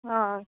অ'